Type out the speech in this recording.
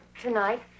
tonight